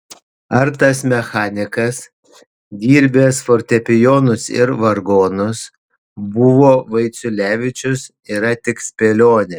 ar tas mechanikas dirbęs fortepijonus ir vargonus buvo vaiciulevičius yra tik spėlionė